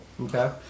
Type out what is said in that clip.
Okay